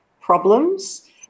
problems